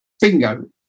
Bingo